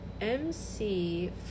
MC